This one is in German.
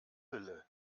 hülle